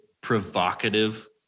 provocative